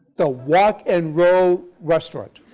the wok and roll restaurant.